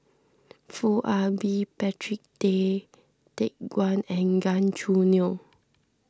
Foo Ah Bee Patrick Tay Teck Guan and Gan Choo Neo